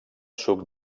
suc